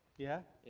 yeah? yeah.